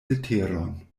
leteron